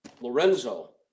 lorenzo